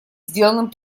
сделанным